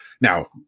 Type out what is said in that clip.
Now